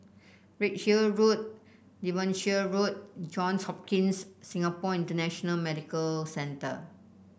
Redhill Road Devonshire Road Johns Hopkins Singapore International Medical Centre